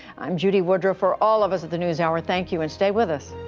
i'm judy woodruff. for all of us at the newshour, thank you, and stay with us.